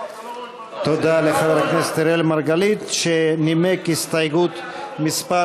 תודה לחבר הכנסת אראל מרגלית שנימק את הסתייגות מס'